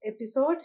episode